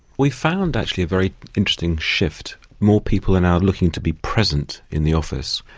we found actually a very interesting shift. more people are now looking to be present in the office,